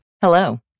Hello